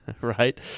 right